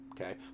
Okay